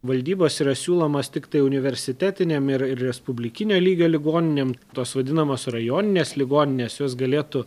valdybos yra siūlomos tiktai universitetinėm ir ir respublikinio lygio ligoninėm tos vadinamos rajoninės ligoninės jos galėtų